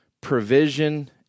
provision